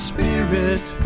Spirit